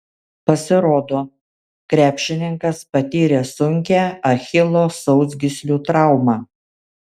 pasirodo krepšininkas patyrė sunkią achilo sausgyslių traumą